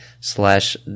slash